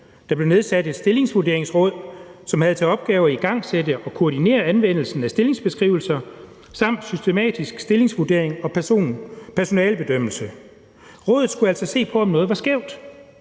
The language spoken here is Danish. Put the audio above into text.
Der blev nedsat et stillingsvurderingsråd, som havde til opgave at igangsætte og koordinere anvendelsen af stillingsbeskrivelser samt systematisk stillingsvurdering og personalebedømmelse. Rådet skulle altså se på, om noget var skævt.